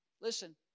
listen